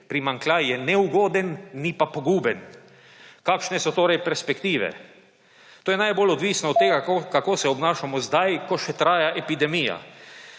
Primanjkljaj je neugoden, ni pa poguben. Kakšne so torej perspektive? To je najbolj odvisno od tega, kako se obnašamo zdaj, ko še traja epidemija.